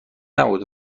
نبود